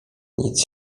nic